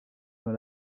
dans